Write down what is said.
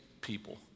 people